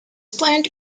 plant